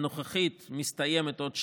הנוכחית מסתיימת עוד שנה.